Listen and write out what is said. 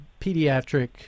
Pediatric